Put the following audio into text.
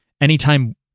Anytime